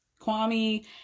Kwame